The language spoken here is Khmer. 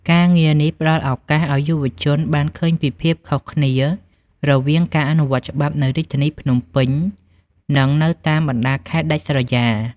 ការងារនេះផ្តល់ឱកាសឱ្យយុវជនបានឃើញពីភាពខុសគ្នារវាងការអនុវត្តច្បាប់នៅរាជធានីភ្នំពេញ និងនៅតាមបណ្តាខេត្តដាច់ស្រយាល។